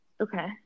Okay